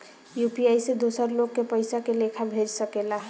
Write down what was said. UPI से दोसर लोग के पइसा के लेखा भेज सकेला?